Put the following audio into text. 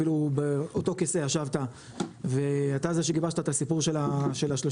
אפילו באותו כיסא ישבתי ואתה זה שגיבשת את הסיפור של ה-30.